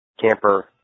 camper